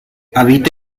habita